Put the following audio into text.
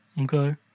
okay